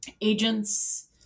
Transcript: agents